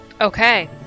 Okay